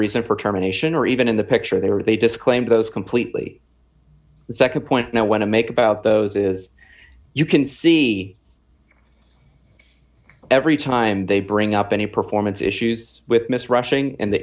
reason for terminations or even in the picture they were they disclaimed those completely the nd point now want to make about those is you can see every time they bring up any performance issues with miss rushing and the